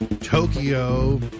Tokyo